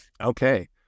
Okay